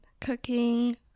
cooking